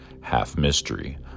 half-mystery